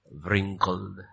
wrinkled